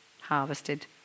harvested